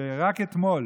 שרק אתמול